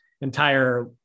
entire